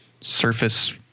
surface-